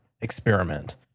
experiment